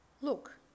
Look